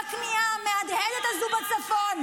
והכניעה המהדהדת הזו בצפון.